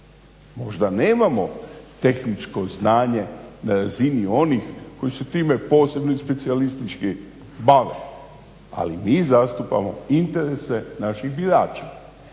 možda nemamo tehničko znanje na razini onih koji su time posebno i specijalistički bave ali mi zastupamo interese naših birača.